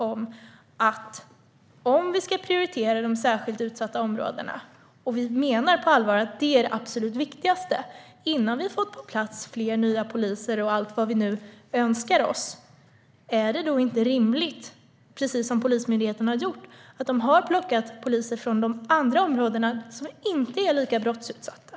Låt oss säga att vi ska prioritera de särskilt utsatta områdena och att vi på allvar menar att det är det absolut viktigaste! Är det inte rimligt, innan vi får på plats fler nya poliser och allt vad vi nu önskar oss, att göra precis som Polismyndigheten har gjort? De har plockat poliser från andra områden som inte är lika brottsutsatta.